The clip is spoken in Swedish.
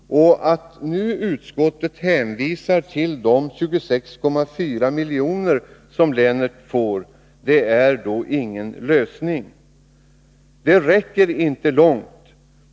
Att utskottet nu hänvisar till de 26,4 miljoner som länet får är ingen lösning. Det räcker inte långt.